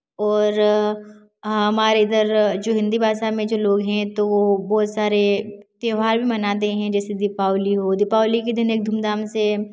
और हमारे इधर जो हिंदी भाषा में जो लोग हैं तो वो बहुत सारे त्यौहार भी मनाते हैं जैसे दीपावली हो दीपावली के दिन एक धूमधाम से